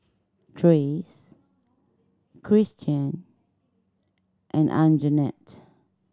Trace Cristian and Anjanette